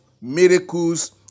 miracles